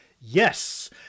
Yes